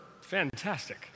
fantastic